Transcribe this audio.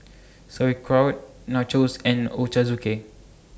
Sauerkraut Nachos and Ochazuke